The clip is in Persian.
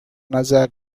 نظر